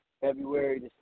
February